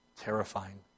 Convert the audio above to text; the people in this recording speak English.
terrifying